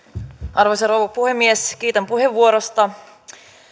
arvoisa rouva puhemies kiitän puheenvuorosta